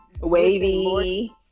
wavy